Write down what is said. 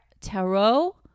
tarot